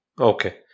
Okay